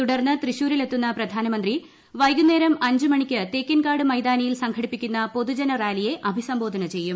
തുടർന്ന് തൃശൂരിലെത്തുന്ന പ്രധാനമന്ത്രി വൈകുന്നേരം അഞ്ചു മണിക്ക് തേക്കിൻകാട് മൈതാനിയിൽ സംഘടിപ്പിക്കുന്ന പൊതുജന റാലിയെ അഭിസംബോധന ചെയ്യും